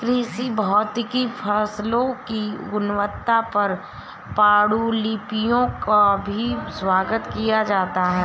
कृषि भौतिकी फसलों की गुणवत्ता पर पाण्डुलिपियों का भी स्वागत किया जाता है